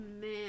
man